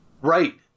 Right